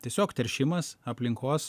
tiesiog teršimas aplinkos